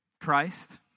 Christ